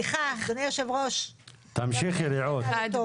תמשיכי רעות.